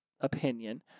opinion